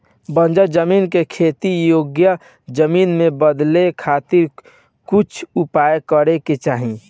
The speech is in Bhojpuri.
बंजर जमीन के खेती योग्य जमीन में बदले खातिर कुछ उपाय करे के चाही